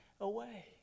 away